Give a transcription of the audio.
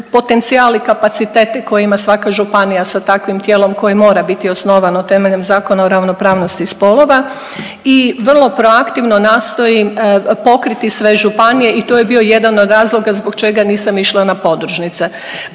potencijal i kapacitete koje ima svaka županija sa takvim tijelom koje mora biti osnovano temeljem Zakona o ravnopravnosti spolova i vrlo proaktivno nastojim pokriti sve županije i to je bio jedan od razloga zbog čega nisam išla na podružnice.